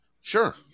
Sure